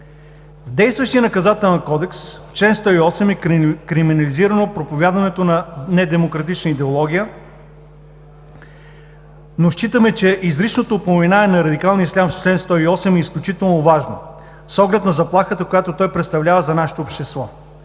В действащия Наказателен кодекс, чл. 108, е криминализирано проповядването на недемократична идеология, но считаме, че изричното упоменаване на радикалния ислям в чл. 108 е изключително важно с оглед на заплахата, която той представлява за нашето общество.